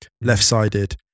left-sided